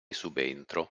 subentro